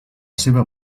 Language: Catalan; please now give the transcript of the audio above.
seva